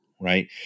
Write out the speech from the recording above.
right